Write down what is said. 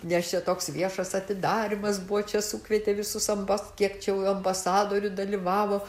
nes čia toks viešas atidarymas buvo čia sukvietė visus ambas kiek čia jau ambasadorių dalyvavo